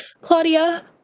Claudia